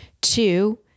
Two